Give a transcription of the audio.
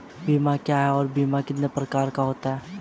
बीमा क्या है और बीमा कितने प्रकार का होता है?